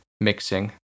mixing